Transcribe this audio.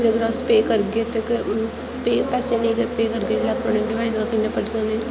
जेकर अस पे करगै ते केह् पे पैसे नेईं पे करगे ते इलैक्ट्रानिक डिवाइस उप्परा कि'यां पढ़ी सकनें